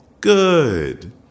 Good